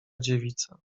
dziewica